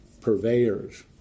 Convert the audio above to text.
purveyors